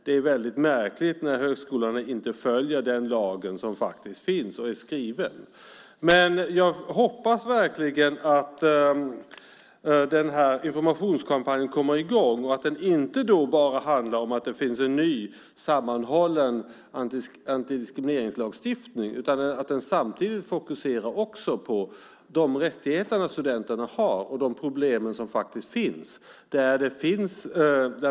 Det är väldigt märkligt när högskolorna inte följer lagen som finns och är skriven. Jag hoppas verkligen att informationskampanjen kommer i gång och att den inte bara handlar om att det finns en ny sammanhållen antidiskrimineringslagstiftning. Den ska samtidigt fokusera på de rättigheter studenterna har och de problem som finns.